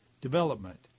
development